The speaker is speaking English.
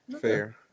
Fair